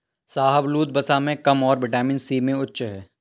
शाहबलूत, वसा में कम और विटामिन सी में उच्च है